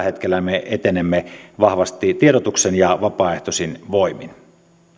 hetkellä me etenemme vahvasti tiedotuksen ja vapaaehtoisin voimin